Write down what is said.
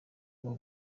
bwo